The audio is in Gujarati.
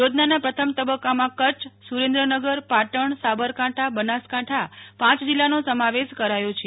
યોજનાના પ્રથમ તબક્કામાં કચ્છ સુરેન્દ્રનગર પાટણ સાબરકાંઠા બનાસકાંઠા પાંચ જિલ્લાનો સમાવેશ કરાયો છે